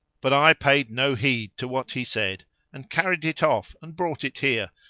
but i paid no heed to what he said and carried it off and brought it here,